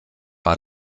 war